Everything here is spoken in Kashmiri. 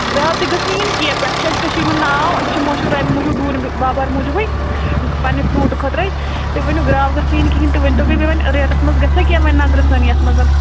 گرٛاو تہِ گٔژھنہٕ یِنۍ کیٚںٛہہ پٮ۪ٹھٕ چھِ اَسہِ کٔشیٖرِ ہُنٛد ناو أسۍ چھِ مشہوٗر اَمی موٗجوٗب ڈوٗنۍ باپار موٗجوٗبٕے پنٛنہِ فرٛوٗٹہٕ خٲطرَے تہٕ ؤنِو گرٛاو گٔژھنہٕ یِنۍ کِہیٖنۍ تُہۍ ؤنۍتو مےٚ بیٚیہِ وۄنۍ ریٹَس منٛز گژھیٛا کیٚنٛہہ وۄنۍ نظرٕ سٲنی یَتھ منٛز